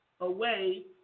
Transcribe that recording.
away